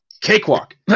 cakewalk